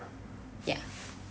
yeah